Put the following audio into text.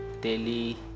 daily